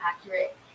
accurate